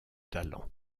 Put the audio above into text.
talents